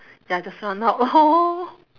then I just run out lor